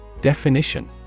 Definition